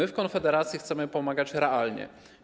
My w Konfederacji chcemy pomagać realnie.